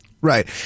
Right